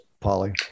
Polly